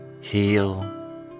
heal